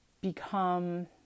Become